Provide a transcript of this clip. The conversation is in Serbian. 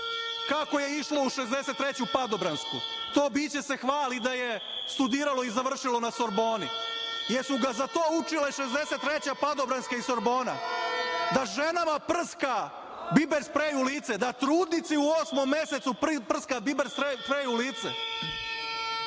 kako je išlo u 63. padobransku, to biće se hvali da je studiralo i završilo na Sorboni. Da li su ga za to učile 63. padobranka i Sorbona, da ženama prska biber sprej u lice, da trudnici u osmom mesecu prska biber sprej u lice?